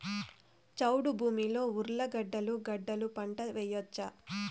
చౌడు భూమిలో ఉర్లగడ్డలు గడ్డలు పంట వేయచ్చా?